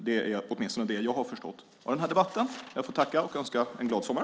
Det är åtminstone det jag har förstått av debatten. Jag tackar och önskar en glad sommar!